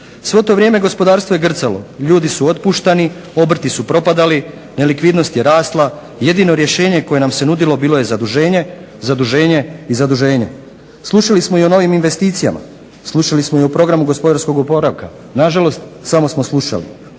Svo to vrijeme gospodarstvo je grcalo, ljudi su otpuštani, obrti su propadali, nelikvidnost je rasla. Jedino rješenje koje nam se nudilo bilo je zaduženje, zaduženje i zaduženje. Slušali smo i o novim investicijama, slušali smo i o programu gospodarskog oporavka, nažalost samo smo slušali.